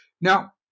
Now